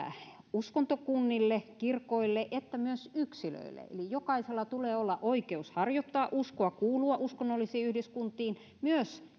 uskontokunnille kirkoille että myös yksilöille eli jokaisella tulee olla oikeus harjoittaa uskoa kuulua uskonnollisiin yhdyskuntiin myös